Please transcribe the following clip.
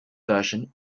version